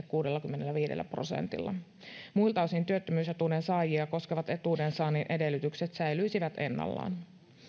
kuudellakymmenelläviidellä prosentilla muilta osin työttömyysetuuden saajia koskevat etuuden saannin edellytykset säilyisivät ennallaan